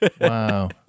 Wow